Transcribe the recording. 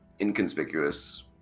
inconspicuous